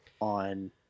on